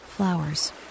Flowers